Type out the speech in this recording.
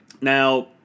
Now